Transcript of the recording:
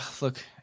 look